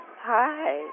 Hi